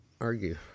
argue